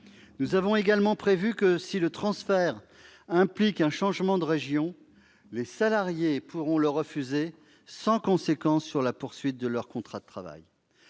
Nous avons également prévu que, si le transfert implique un changement de région, les salariés pourront le refuser sans conséquence pour la poursuite de leur contrat de travail.